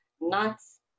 nuts